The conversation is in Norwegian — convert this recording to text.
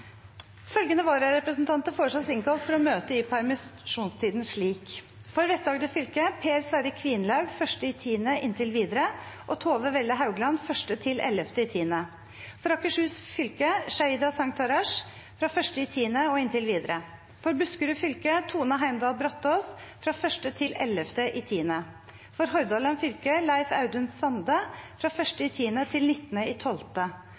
Følgende vararepresentanter innkalles for å møte i permisjonstiden: For Vest-Agder fylke: Per Sverre Kvinlaug fra 1. oktober og inntil videre og Tove Welle Haugland 1.–11. oktober For Akershus fylke: Sheida Sangtarash fra 1. oktober og inntil videre For Buskerud fylke: Tone Heimdal Brataas 1.–11. oktober For Hordaland fylke: Leif Audun Sande